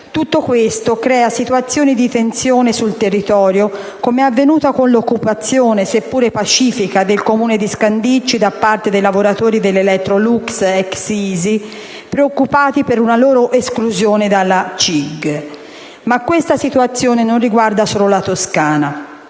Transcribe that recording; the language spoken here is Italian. Tutto ciò crea situazioni di tensione sul territorio, come è avvenuto con l'occupazione, seppure pacifica, del Comune di Scandicci da parte dei lavoratori dell'Elettrolux (ex ISI), preoccupati per una loro esclusione dalla CIG. Ma questa situazione non riguarda solo la Toscana.